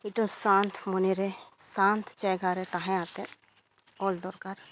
ᱢᱤᱫᱴᱟᱝ ᱥᱟᱱᱛ ᱢᱚᱱᱮ ᱨᱮ ᱥᱟᱱᱛ ᱡᱟᱭᱜᱟ ᱨᱮ ᱛᱟᱦᱮᱸ ᱠᱟᱛᱮᱫ ᱚᱞ ᱫᱚᱨᱠᱟᱨ